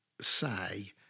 say